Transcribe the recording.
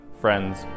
friends